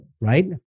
right